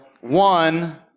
One